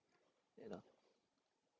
you know